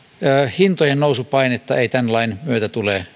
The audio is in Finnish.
hintojen nousupainetta ei tämän lain myötä tule